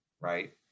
right